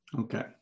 Okay